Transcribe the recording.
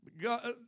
God